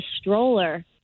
stroller